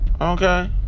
okay